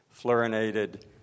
fluorinated